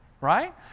right